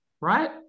Right